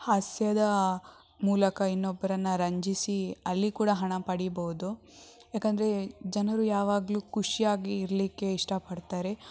ಹಾಸ್ಯದ ಮೂಲಕ ಇನ್ನೊಬ್ಬರನ್ನ ರಂಜಿಸಿ ಅಲ್ಲಿ ಕೂಡ ಹಣ ಪಡಿಬೌದು ಯಾಕಂದರೆ ಜನರು ಯಾವಾಗಲೂ ಖುಷಿಯಾಗಿ ಇರಲಿಕ್ಕೆ ಇಷ್ಟಪಡ್ತಾರೆ